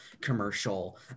commercial